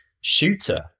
shooter